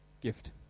Gift